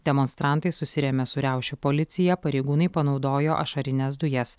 demonstrantai susirėmė su riaušių policija pareigūnai panaudojo ašarines dujas